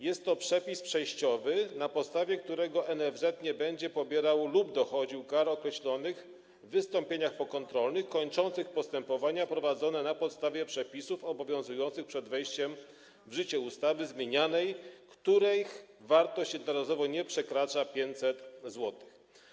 Jest to przepis przejściowy, na podstawie którego NFZ nie będzie pobierał lub dochodził kar określonych w wystąpieniach pokontrolnych kończących postępowania prowadzone na podstawie przepisów obowiązujących przed wejściem w życie ustawy zmienianej, których wartość jednorazowo nie przekracza 500 zł.